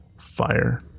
fire